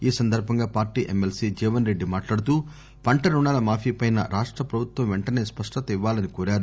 ఈ సందర్బంగా party MLC Jeevan Reddy మాట్లాడుతూ పంట రుణాల మాఫీ పై రాష్ట ప్రభుత్వం వెంటసే స్పష్టత ఇవ్వాలని కోరారు